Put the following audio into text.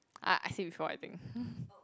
ah I see before I think